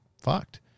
fucked